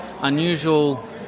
unusual